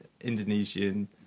Indonesian